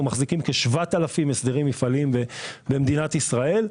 אנחנו מחזיקים כ-7,000 הסדרים מפעליים במדינת ישראל.